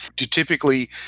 to typically,